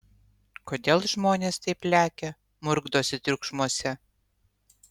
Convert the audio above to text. kodėl žmonės taip lekia murkdosi triukšmuose